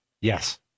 Yes